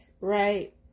Right